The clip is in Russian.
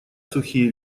сухие